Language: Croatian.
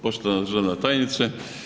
Poštovana državna tajnice.